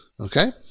Okay